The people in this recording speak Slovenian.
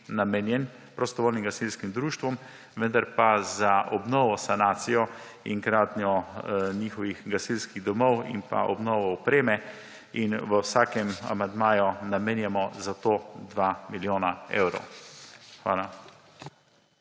namenjen prostovoljnim gasilskim društvom, vendar pa za obnovo, sanacijo in gradnjo njihovih gasilskih domov in pa obnovo opreme in v vsakem amandmaju namenjamo za to 2 milijona evrov. Hvala.